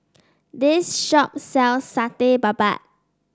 this shop sells Satay Babat